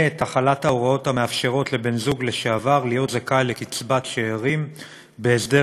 את החלת ההוראות המאפשרות לבן-זוג לשעבר להיות זכאי לקצבת שאירים בהסדר